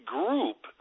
group